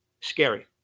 Scary